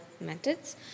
methods